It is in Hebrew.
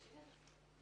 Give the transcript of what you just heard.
הממשלה.